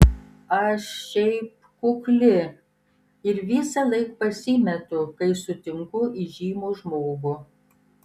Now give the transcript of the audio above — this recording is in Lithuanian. aš šiaip kukli ir visąlaik pasimetu kai sutinku įžymų žmogų